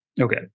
Okay